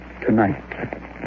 tonight